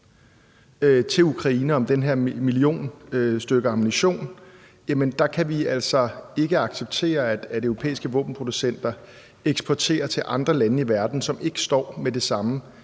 til Ukraine om den her million stykker ammunition, kan vi altså ikke acceptere, at europæiske våbenproducenter eksporterer til andre lande i verden, som ikke står med det samme